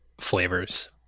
flavors